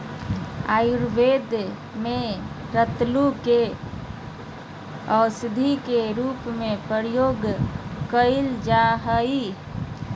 आयुर्वेद में रतालू के औषधी के रूप में प्रयोग कइल जा हइ